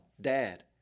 Dad